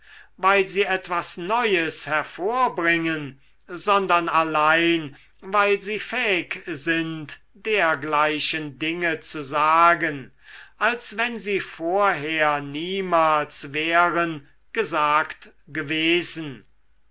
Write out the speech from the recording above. weil sie etwas neues hervorbringen sondern allein weil sie fähig sind dergleichen dinge zu sagen als wenn sie vorher niemals wären gesagt gewesen